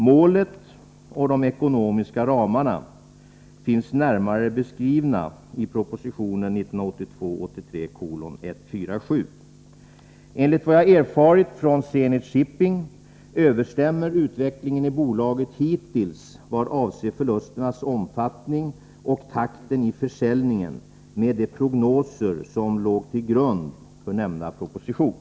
Målen och de ekonomiska ramarna finns närmare beskrivna i proposition 1982/83:147. Enligt vad jag erfarit från Zenit Shipping överensstämmer utvecklingen i bolaget hittills vad avser förlusternas omfattning och takten i försäljningen med de prognoser som låg till grund för nämnda proposition.